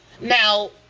Now